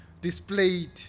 displayed